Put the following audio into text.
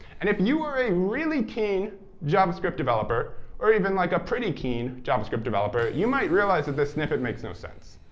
and if you are a really keen javascript developer or even like a pretty keen javascript developer, you might realize that this snippet makes no sense.